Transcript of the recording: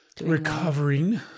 recovering